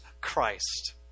Christ